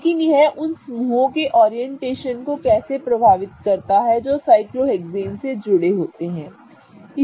लेकिन यह उन समूहों के ओरिएंटेशन को कैसे प्रभावित करता है जो साइक्लोहेक्सेन से जुड़े होते हैं